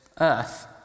earth